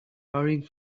hurrying